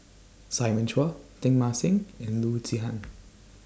Simon Chua Teng Mah Seng and Loo Zihan